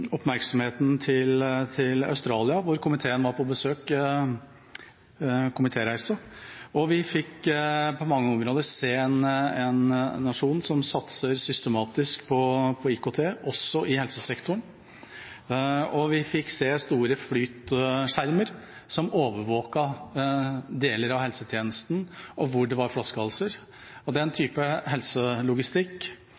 oppmerksomheten mot Australia, hvor komiteen var på komitéreise. Vi fikk på mange områder se en nasjon som satser systematisk på IKT, også i helsesektoren, og vi fikk se store flytskjermer som overvåket deler av helsetjenesten og hvor det var flaskehalser. Denne typen helselogistikk savner jeg foreløpig i norske sykehus, at vi kan jobbe mer systematisk med det.